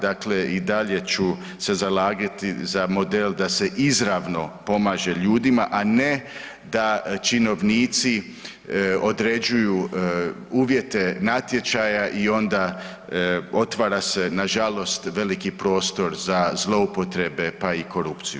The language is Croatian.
Dakle, i dalje ću se zalagati za model da se izravno pomaže ljudima, a ne da činovnici određuju uvjete natječaja i onda otvara se nažalost veliki prostor za zloupotrebe pa i korupciju.